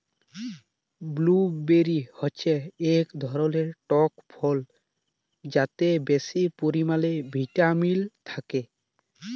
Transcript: blueberry হচ্যে এক ধরলের টক ফল যাতে বেশি পরিমালে ভিটামিল থাক্যে